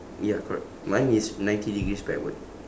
ya correct mine is ninety degrees backward